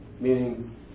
meaning